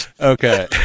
Okay